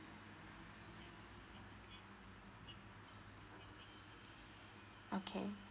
okay